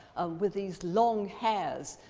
ah with these long hairs,